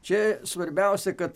čia svarbiausia kad